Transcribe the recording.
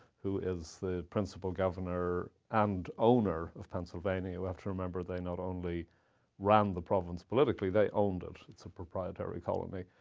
who is the principal governor and owner of pennsylvania. we have to remember they not only ran the province politically, they owned it. it's a proprietary colony.